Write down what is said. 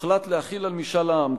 הוחלט להחיל על משאל העם,